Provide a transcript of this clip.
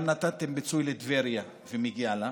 וגם נתתם פיצוי לטבריה, ומגיע לה.